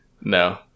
No